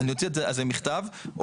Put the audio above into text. כן, אוציא מכתב על זה.